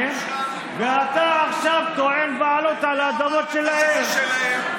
אתה טוען שהם גרים על אדמות לא שלהם.